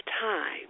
time